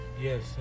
Yes